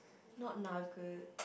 not nugget